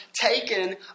taken